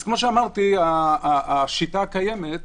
אז כמו שאמרתי, השיטה הקיימת שאומרת,